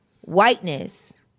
whiteness